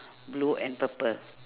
blue and purple